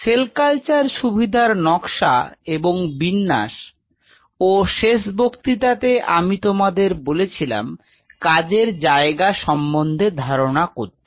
sell culture সুবিধার নকশা এবং বিন্যাস ও শেষ বক্তৃতাতে আমি তোমাদের বলেছিলাম কাজের জায়গা সম্বন্ধে ধারণা করতে